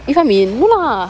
with amin no lah